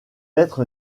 être